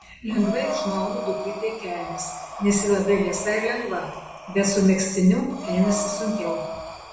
lengvai užmaunu dukrytei kelnes nes ji labai liesa ir lengva bet su megztiniu einasi sunkiau